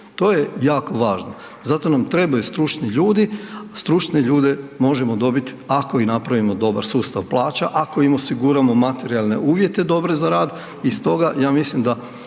To je jako važno. Zato nam trebaju stručni ljudi, a stručne ljude možemo dobiti ako i napravimo dobar sustav plaća, ako im osiguramo materijalne uvjete dobre za rad i stoga, ja mislim da